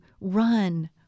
run